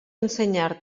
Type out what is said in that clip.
ensenyar